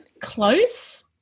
close